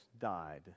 died